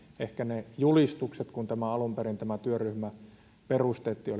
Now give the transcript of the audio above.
ehkä ne julistukset kun työryhmä alun perin perustettiin